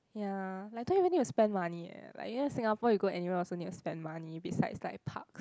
ya like don't even need to spend money eh like you know Singapore you go anyway also need to spend money besides like parks